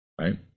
right